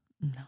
No